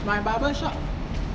my barber shop